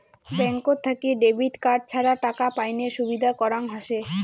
ব্যাঙ্কত থাকি debit card ছাড়া টাকা পাইনের সুবিধা করাং হসে